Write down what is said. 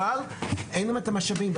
אבל אין להם את המשאבים,